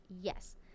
yes